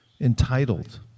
entitled